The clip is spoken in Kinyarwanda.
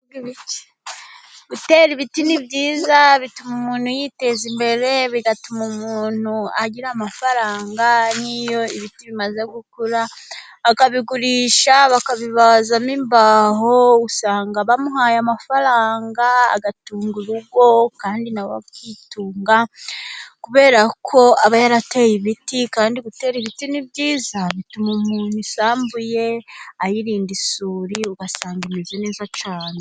Gutera ibiti ni byiza bituma umuntu yiteza imbere, bigatuma umuntu agira amafaranga. Niyo ibiti bimaze gukura akabigurisha bakabibazamo imbaho usanga bamuhaye amafaranga agatunga urugo kandi nawe akitunga kubera ko aba yarateye ibiti, kandi gutera ibiti ni byiza bituma mu isambu ye ayirinda isuri ugasanga imeze neza cyane.